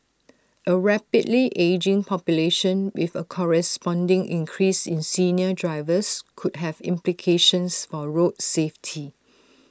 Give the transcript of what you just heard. A rapidly ageing population with A corresponding increase in senior drivers could have implications for road safety